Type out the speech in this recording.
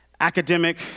academic